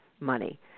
money